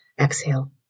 exhale